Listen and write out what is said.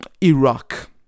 Iraq